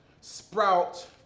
sprout